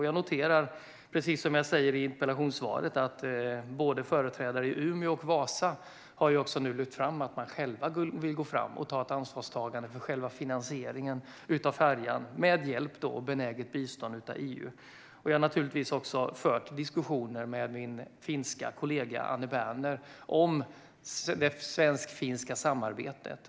Jag noterar, precis som jag säger i interpellationssvaret, att företrädare i både Umeå och Vasa nu har lyft fram att man själva vill ta ansvar för själva finansieringen av färjan, då med hjälp och benäget bistånd från EU. Jag har naturligtvis också fört diskussioner med min finska kollega Anne Berner om det svenskfinska samarbetet.